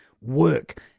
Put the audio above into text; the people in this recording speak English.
work